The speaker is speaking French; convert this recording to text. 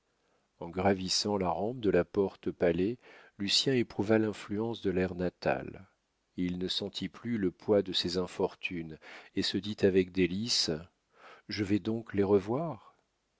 en gravissant la rampe de la porte palet lucien éprouva l'influence de l'air natal il ne sentit plus le poids de ses infortunes et se dit avec délices je vais donc les revoir